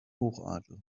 hochadel